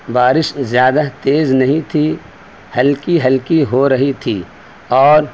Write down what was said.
بارش زیادہ تیز نہیں تھی ہلکی ہلکی ہو رہی تھی اور